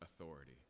authority